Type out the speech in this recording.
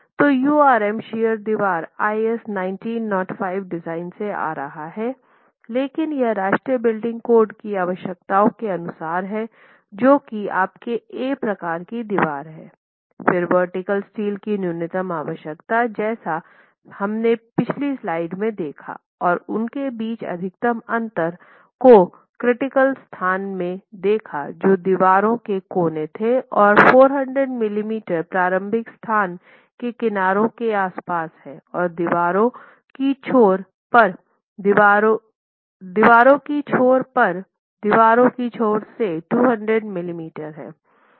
तो URM shear दीवार IS 1905 design से आ रहा है लेकिन यह राष्ट्रीय बिल्डिंग कोड की आवश्यकताओं के अनुसार है जो कि आपके A प्रकार की दीवार है फिर वर्टीकल स्टील की न्यूनतम आवश्यकता जैसा हमने पिछली स्लाइड में देखा और उनके बीच अधिकतम अंतर को क्रिटिकल स्थान में देखा जो दीवारों के कोनों थे और 400 मिलीमीटर प्रारंभिक स्थान के किनारों के आसपास हैं और दीवारों के छोर पर दीवार के छोर से 200 मिलीमीटर हैं